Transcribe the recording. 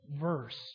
verse